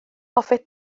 hoffet